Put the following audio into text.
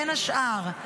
בין השאר,